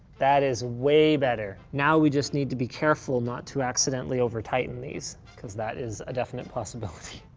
that is way better. now we just need to be careful not to accidentally over tighten these, cause that is a definite possibility.